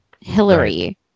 Hillary